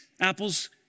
Apple's